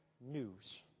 news